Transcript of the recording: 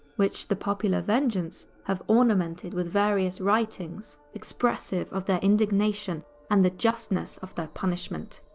which the popular vengeance have ornamented with various writings expressive of their indignation and the justness of their punishment.